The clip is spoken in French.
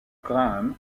graham